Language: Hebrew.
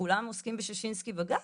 כולם עוסקים בשישינסקי בגז,